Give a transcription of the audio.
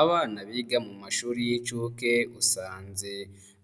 Abana biga mu mashuri y'inshuke usanze,